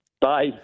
Bye